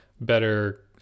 better